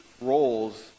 roles